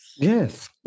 Yes